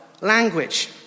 language